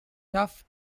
tough